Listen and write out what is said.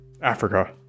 Africa